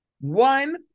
One